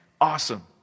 awesome